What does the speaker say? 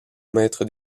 maître